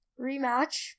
rematch